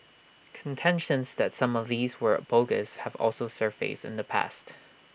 contentions that some of these were bogus have also surfaced in the past